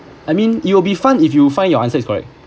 I mean it will be fun if you find your answer is correct